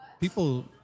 people